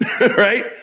right